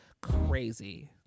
crazy